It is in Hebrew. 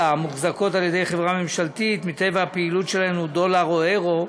מוחזקות על ידי חברה ממשלתית שמטבע הפעילות שלה הוא דולר או אירו,